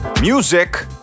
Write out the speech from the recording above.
music